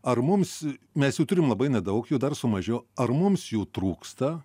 ar mums mes jų turim labai nedaug jų dar sumažėjo ar mums jų trūksta